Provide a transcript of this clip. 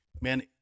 man